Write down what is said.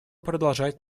продолжать